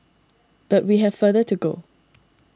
but we have further to go